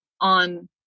on